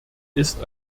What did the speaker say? ist